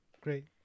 great